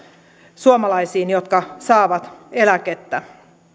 suomalaisiin jotka saavat eläkettä